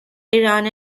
iran